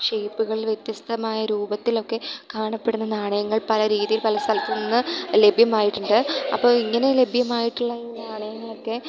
ഷെയ്പ്പ്കളിൽ വ്യത്യസ്തമായ രൂപത്തിലൊക്കെ കാണപ്പെടുന്ന നാണയങ്ങൾ പല രീതിയിൽ പല സ്ഥലത്ത് നിന്ന് ലഭ്യമായിയിട്ടുണ്ട് അപ്പോൾ ഇങ്ങനെ ലഭ്യമായിട്ടുള്ള ഈ നാണയങ്ങളൊക്കെ